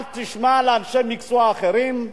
אל תשמע לאנשי מקצוע אחרים,